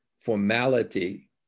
formality